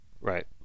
right